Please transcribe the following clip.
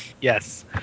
Yes